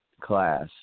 class